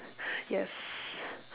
yes